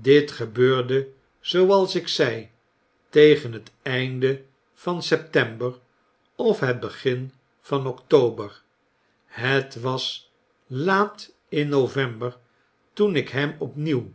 dit gebeurde zooals ik zei tegen het einde van september of het begin van odtober het was laat in november toen ik hem opnieuw